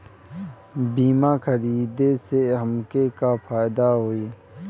बीमा खरीदे से हमके का फायदा होई?